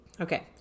okay